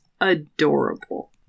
adorable